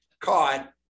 caught